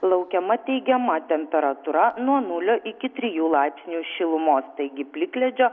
laukiama teigiama temperatūra nuo nulio iki trijų laipsnių šilumos taigi plikledžio